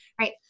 right